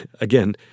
again